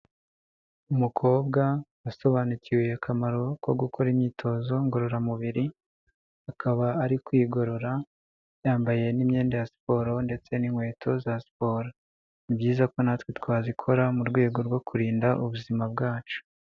Umukobwa wasobanukiwe akamaro ko gukora imyitozo ngororamubiri, akaba ari kwigorora yambaye n'iyenda ya siporo ndetse n'inkweto za siporo, ni byiza ko natwe twazikora mu rwego rwo kurinda ubuzima bwacu.